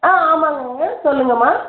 ஆ ஆமாங்கங்க சொல்லுங்கம்மா